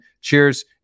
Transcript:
Cheers